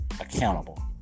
accountable